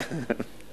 כן.